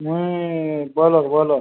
broiler broiler